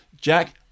Jack